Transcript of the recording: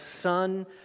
Son